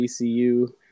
ECU